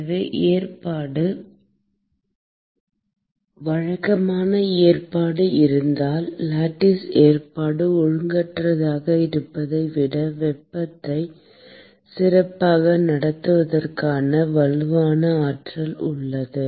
எனவே ஏற்பாடு வழக்கமான ஏற்பாடு இருந்தால் லேடிஸ் ஏற்பாடு ஒழுங்கற்றதாக இருப்பதை விட வெப்பத்தை சிறப்பாக நடத்துவதற்கான வலுவான ஆற்றல் உள்ளது